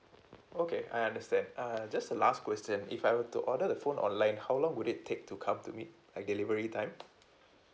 okay I understand err just a last question if I were to order the phone online how long would it take to come to me like delivery time